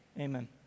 amen